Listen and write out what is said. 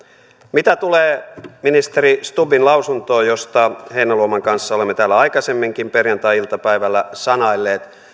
mitä tulee ministeri stubbin lausuntoon josta heinäluoman kanssa olemme täällä aikaisemminkin perjantai iltapäivällä sanailleet